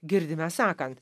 girdime sakant